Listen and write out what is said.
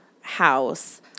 house